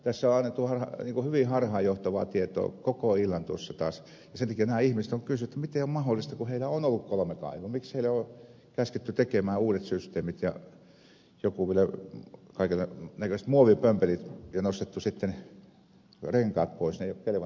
tässä on koko ilta taas annettu hyvin harhaanjohtavaa tietoa ja sen takia nämä ihmiset on kysyneet miten on mahdollista kun heillä on ollut kolme kaivoa miksi heidän on käsketty tehdä uudet systeemit ja vielä laittaa kaiken näköiset muovipömpelit ja on nostettu sitten renkaat pois eivät ole kelvanneet ne rengaskaivokset